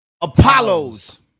Apollos